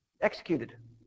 executed